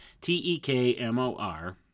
T-E-K-M-O-R